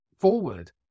forward